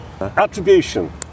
Attribution